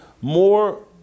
more